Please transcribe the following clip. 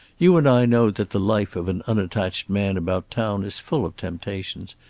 you and i know that the life of an unattached man about town is full of temptations.